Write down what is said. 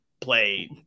play